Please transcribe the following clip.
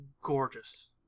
gorgeous